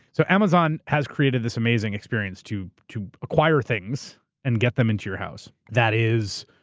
so amazon has created this amazing experience to to acquire things and get them into your house. that is,